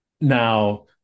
Now